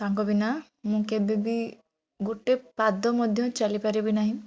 ତାଙ୍କ ବିନା ମୁଁ କେବେ ବି ଗୋଟେ ପାଦ ମଧ୍ୟ ଚାଲିପାରିବି ନାହିଁ